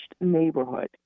neighborhood